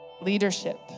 leadership